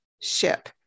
ship